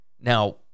Now